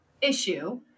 issue